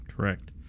Correct